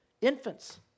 infants